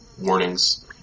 warnings